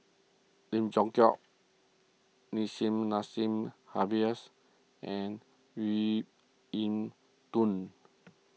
Lim Leong Geok Nissim Nassim Adis and Yiu in Tung